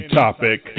topic